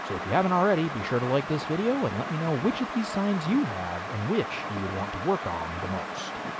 so if you haven't already, be sure to like this video and let me know which of these signs you have and which you would want to work on the most.